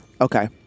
Okay